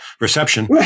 reception